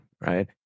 right